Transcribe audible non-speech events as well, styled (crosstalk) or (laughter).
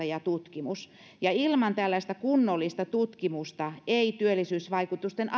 (unintelligible) ja tutkimus ilman tällaista kunnollista tutkimusta ei työllisyysvaikutusten (unintelligible)